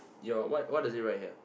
your what what does it write here